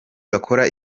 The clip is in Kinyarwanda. bakora